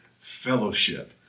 fellowship